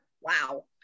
wow